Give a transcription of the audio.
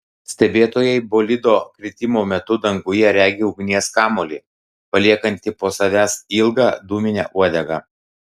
stebėtojai bolido kritimo metu danguje regi ugnies kamuolį paliekantį po savęs ilgą dūminę uodegą